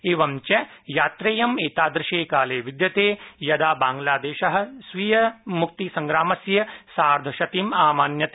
एञ्च यात्रेयं एतादशे काले विद्यते यदा बंगलादेश स्वकीयस्य मुक्तिसङ्ग्रामस्य सार्धशतीं आमान्यते